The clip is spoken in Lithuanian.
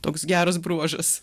toks geras bruožas